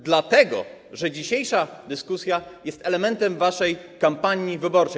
Dlatego że dzisiejsza dyskusja jest elementem waszej kampanii wyborczej.